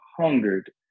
hungered